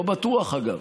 לא בטוח, אגב.